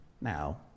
now